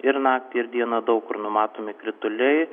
ir naktį ir dieną daug kur numatomi krituliai